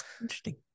Interesting